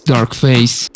Darkface